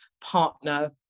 partner